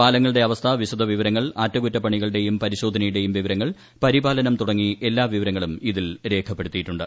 പാലങ്ങളുടെ അവസ്ഥ വിശദവിവരങ്ങൾ അറ്റകുറ്റപ്പണികളുടെയും പരിശോധനയുടെയും വിവരങ്ങൾ പരിപാലനം തുടങ്ങി എല്ലാ വിവരങ്ങളും ഇതിൽ രേഖപ്പെടുത്തിയിട്ടുണ്ട്